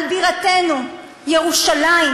על בירתנו ירושלים,